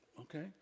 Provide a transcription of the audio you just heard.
okay